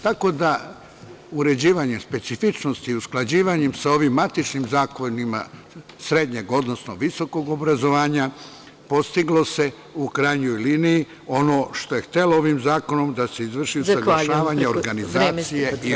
Tako da, uređivanje specifičnosti i usklađivanjem sa ovim matičnim zakonima srednjeg, odnosno visokog obrazovanja postiglo se u krajnjoj liniji ono što je htelo ovim zakonom da se izvrši, usaglašavanje organizacije i rada.